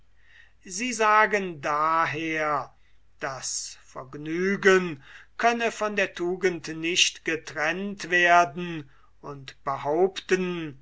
sie sagen daher das vergnügen könne von der tugend nicht getrennt werden und behaupten